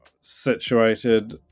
situated